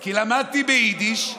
כי למדתי ביידיש.